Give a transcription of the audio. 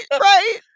right